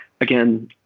again